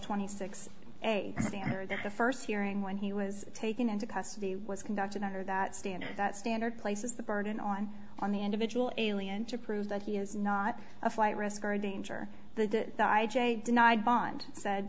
twenty six a standard the first hearing when he was taken into custody was conducted under that standard that standard places the burden on on the individual alien to prove that he is not a flight risk or a danger the guy j denied bond said